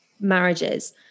marriages